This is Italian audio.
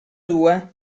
due